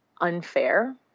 unfair